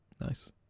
nice